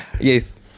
Yes